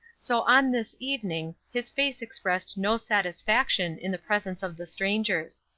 so on this evening his face expressed no satisfaction in the presence of the strangers.